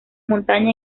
montaña